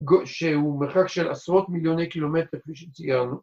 ‫שהוא מרחק של עשרות מיליוני ‫קילומטר כפי שציינו.